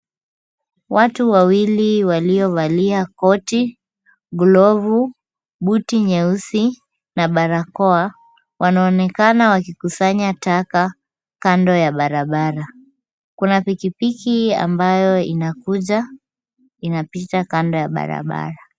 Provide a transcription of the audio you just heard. Watu wawili waliovalia koti, glovu, buti nyeusi na barakoa wanaonekana wakikusanya taka kando ya barabara. Kuna pikipiki ambayo inakuja inapita kando ya barabara.